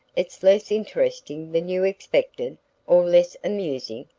it's less interesting than you expected or less amusing?